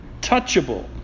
touchable